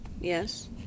Yes